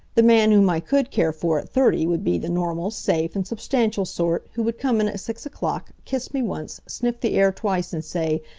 the man whom i could care for at thirty would be the normal, safe and substantial sort who would come in at six o'clock, kiss me once, sniff the air twice and say